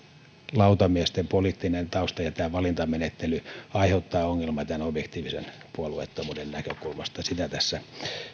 lautamiesten poliittinen tausta ja valintamenettely aiheuttavat ongelman tämän objektiivisen puolueettomuuden näkökulmasta sitä tässä